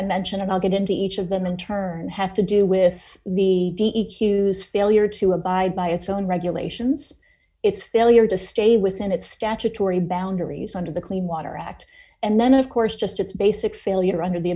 i mentioned and i'll get into each of them in turn had to do with the hughes failure to abide by its own regulations its failure to stay within its statutory boundaries under the clean water act and then of course just its basic failure under the